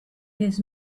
his